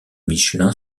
michelin